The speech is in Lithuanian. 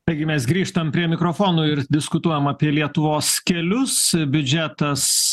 taigi mes grįžtam prie mikrofonų ir diskutuojam apie lietuvos kelius biudžetas